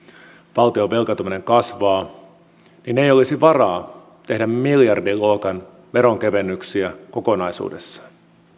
valtion velkaantuminen kasvaa että ei olisi varaa tehdä miljardin luokan veronkevennyksiä kokonaisuudessaan